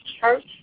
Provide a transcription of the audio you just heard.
church